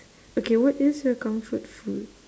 okay what is your comfort food